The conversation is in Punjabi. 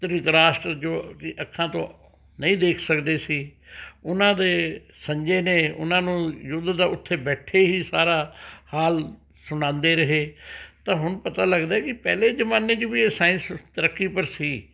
ਧ੍ਰਿਤਰਾਸ਼ਟਰ ਜੋ ਜੀ ਅੱਖਾਂ ਤੋਂ ਨਹੀਂ ਦੇਖ ਸਕਦੇ ਸੀ ਉਹਨਾਂ ਦੇ ਸੰਜੇ ਨੇ ਉਹਨਾਂ ਨੂੰ ਯੁੱਧ ਦਾ ਉੱਥੇ ਬੈਠੇ ਹੀ ਸਾਰਾ ਹਾਲ ਸੁਣਾਉਂਦੇ ਰਹੇ ਤਾਂ ਹੁਣ ਪਤਾ ਲੱਗਦਾ ਕਿ ਪਹਿਲੇ ਜ਼ਮਾਨੇ 'ਚ ਵੀ ਇਹ ਸਾਇੰਸ ਤਰੱਕੀ ਪਰ ਸੀ